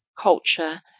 culture